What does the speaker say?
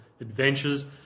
adventures